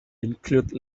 include